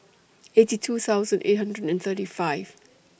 eighty two thousand eight hundred and thirty five